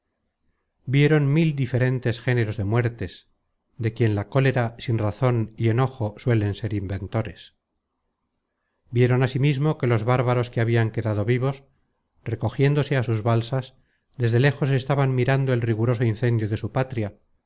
vieron mil diferentes géneros de muertes de quien la cólera sinrazon y enojo suelen ser inventores vieron asimismo que los bárbaros que habian quedado vivos recogiéndose á sus balsas desde léjos estaban mirando el riguroso incendio de su patria